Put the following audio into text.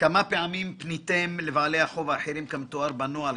כמה פעמים פניתם לבעלי החוב האחרים כמתואר בנוהל?